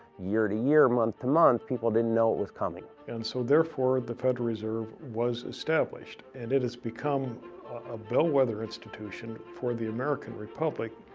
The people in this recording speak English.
year to year, month-to-month, people didn't know what was coming. and so therefore, the federal reserve was established and it has become a bellwether institution for the american republic,